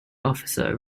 officer